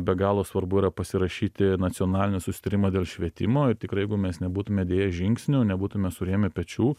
be galo svarbu yra pasirašyti nacionalinį susitarimą dėl švietimo ir tikrai jeigu mes nebūtume dėję žingsnių nebūtume surėmę pečių